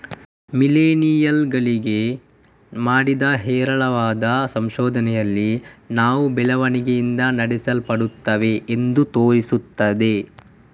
millennial ಗಳಿಗೆ ಮಾಡಿದ ಹೇರಳವಾದ ಸಂಶೋಧನೆಯಲ್ಲಿ ಅವು ಬೆಳವಣಿಗೆಯಿಂದ ನಡೆಸಲ್ಪಡುತ್ತವೆ ಎಂದು ತೋರುತ್ತದೆ